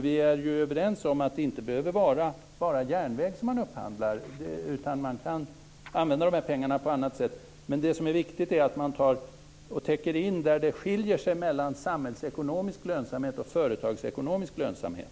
Vi är ju överens om att man inte bara behöver upphandla järnväg, utan man kan använda de här pengarna på annat sätt. Det som är viktigt är att man täcker upp där det skiljer sig mellan samhällsekonomisk lönsamhet och företagsekonomisk lönsamhet.